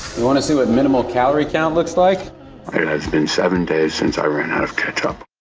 want to see what minimal calorie count looks like? it has been seven days since i ran out of ketchup.